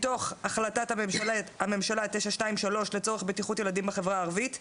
מתוך החלטת הממשלה 923 לצורך בטיחות ילדים בחברה הערבית.